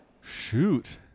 Shoot